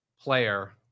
player